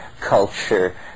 culture